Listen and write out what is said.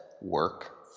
work